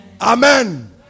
Amen